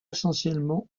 essentiellement